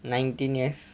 nineteen years